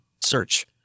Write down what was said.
Search